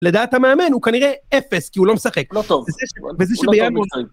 לדעת המאמן הוא כנראה אפס, כי הוא לא משחק. לא טוב. זה זה שביאנו את זה.